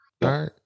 right